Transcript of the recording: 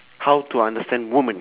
how to understand woman